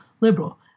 liberal